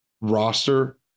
roster